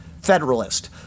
Federalist